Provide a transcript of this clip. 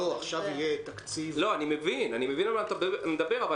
עכשיו יהיה תקציב --- אני מבין על מה אתה מדבר אבל